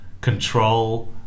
control